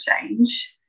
change